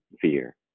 fear